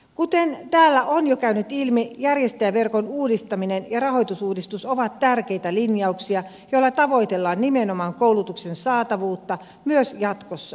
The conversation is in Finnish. kuten täällä on jo käynyt ilmi järjestäjäverkon uudistaminen ja rahoitusuudistus ovat tärkeitä linjauksia joilla tavoitellaan nimenomaan koulutuksen saatavuutta myös jatkossa